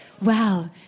wow